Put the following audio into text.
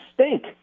stink